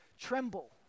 tremble